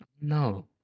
No